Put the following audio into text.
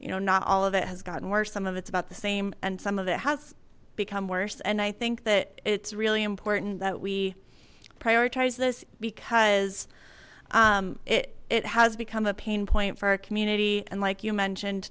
you know not all of it has gotten worse some of it's about the same and some of it has become worse and i think that it's really important that we prioritize this because it has become a pain point for a community and like you mentioned